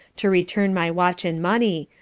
to return my watch and money,